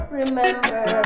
remember